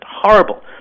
horrible